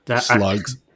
slugs